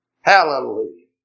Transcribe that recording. Hallelujah